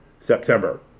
September